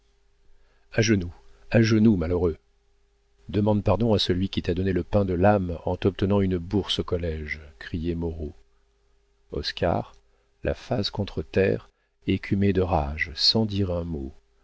a genoux à genoux malheureux demande pardon à celui qui t'a donné le pain de l'âme en t'obtenant une bourse au collége criait moreau oscar la face contre terre écumait de rage sans dire un mot